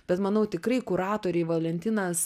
bet manau tikrai kuratoriai valentinas